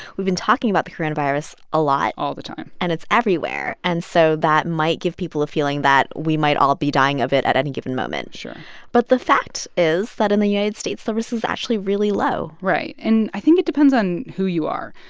we've been talking about the coronavirus virus a lot all the time and it's everywhere. and so that might give people a feeling that we might all be dying of it at any given moment sure but the fact is that in the united states, the risk is actually really low right. and i think it depends on who you are.